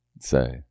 say